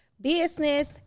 business